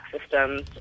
systems